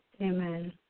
Amen